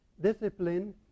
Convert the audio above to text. discipline